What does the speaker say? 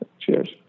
cheers